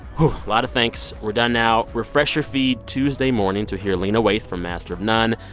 a lot of thanks, we're done now. refresh your feed tuesday morning to hear lena waithe from master of none.